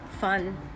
fun